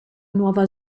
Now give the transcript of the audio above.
nuova